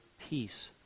peace